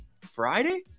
Friday